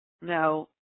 Now